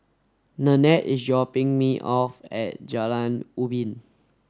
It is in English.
Nannette is dropping me off at Jalan Ubin